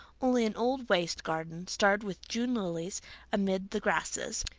only an old waste garden starred with june lilies amid the grasses,